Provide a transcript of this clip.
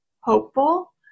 hopeful